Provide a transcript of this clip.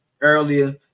earlier